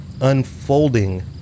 unfolding